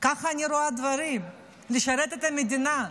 ככה אני רואה את הדברים, לשרת את המדינה.